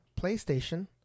PlayStation